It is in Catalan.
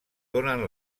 donen